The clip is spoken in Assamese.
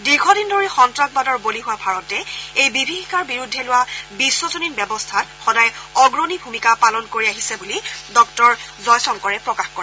দীৰ্ঘদিন ধৰি সন্তাসবাদৰ বলি হোৱা ভাৰতে এই বিভীযিকাৰ বিৰুদ্ধে লোৱা বিখ্জনীন ব্যৱস্থাত সদায় অগ্ৰণী ভূমিকা পালন কৰি আহিছে বুলি ডঃ জয় শংকৰে প্ৰকাশ কৰে